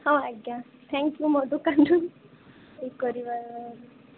ହଁ ଆଜ୍ଞା thank you ମୋ ଦୋକାନରୁ ଇଏ କରିବାର